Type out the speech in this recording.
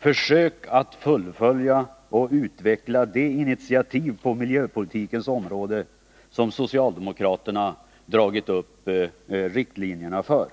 Försök att fullfölja och utveckla de initiativ på miljöpolitikens område som socialdemokraterna dragit upp riktlinjerna för.